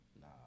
Nah